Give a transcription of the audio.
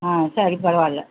ஆ சரி பரவால்ல